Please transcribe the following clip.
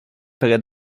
près